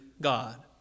God